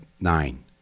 nine